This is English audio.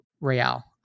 Real